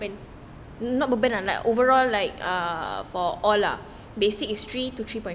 not bourbon lah like overall like ah for all lah basic is three to three point five